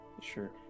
Sure